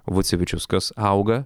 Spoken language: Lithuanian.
vucevičius kas auga